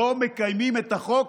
לא מקיימים את החוק